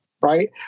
Right